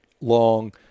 long